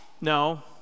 no